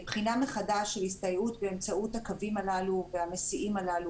בחינה מחדש של הסתייעות באמצעות הקווים הללו והמסיעים הללו